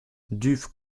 duff